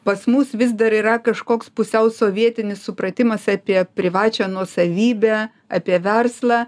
pas mus vis dar yra kažkoks pusiau sovietinis supratimas apie privačią nuosavybę apie verslą